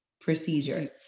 procedure